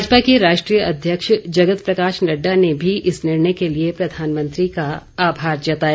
भाजपा के राष्ट्रीय अध्यक्ष जगत प्रकाश नड्डा ने भी इस निर्णय के लिए प्रधानमंत्री का आभार जताया